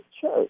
church